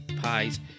pies